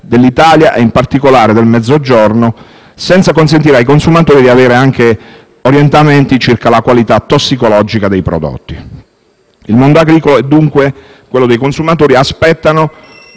del Mezzogiorno in particolare, senza consentire ai consumatori di avere anche orientamenti circa la qualità tossicologica dei prodotti. Il mondo agricolo e quello dei consumatori aspettano